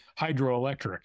hydroelectric